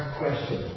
question